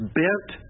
bent